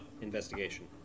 investigation